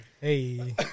Hey